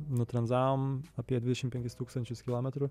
nutranzavom apie dvidešimt penkis tūkstančius kilometrų